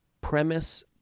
premise